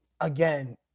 again